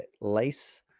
Lace